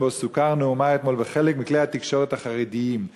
שבו סוקר נאומה אתמול בחלק מכלי-התקשורת החרדיים.